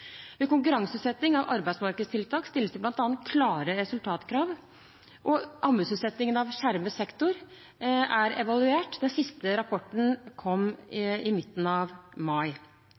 Ved konkurranseutsetting av arbeidsmarkedstiltak stilles det bl.a. klare resultatkrav, og anbudsutsettingen av skjermet sektor er evaluert. Den siste rapporten kom i midten av mai.